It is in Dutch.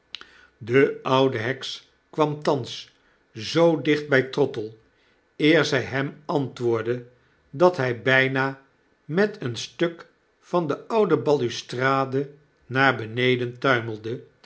de oude heks kwam thans zoo dicht by trottle eer zij hem antwoordde dat hy byna met een stuk van de oude balustrade naar beneden tuimelde